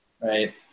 right